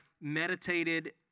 meditated